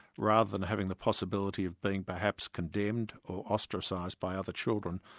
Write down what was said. rather than having the possibility of being perhaps condemned or ostracised by other children,